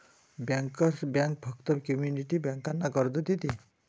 bankers bank फक्त community बँकांना कर्ज देते